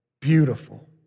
beautiful